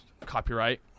copyright